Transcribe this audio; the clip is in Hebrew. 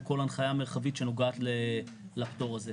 כל הנחיה מרחבית שנוגעת לפטור הזה.